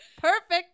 perfect